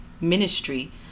ministry